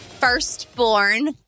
firstborn